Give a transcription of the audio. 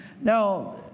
Now